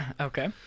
Okay